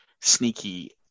sneaky